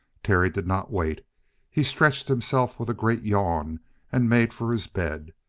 terry did not wait he stretched himself with a great yawn and made for his bed,